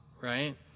right